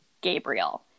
gabriel